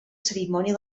cerimònia